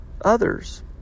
others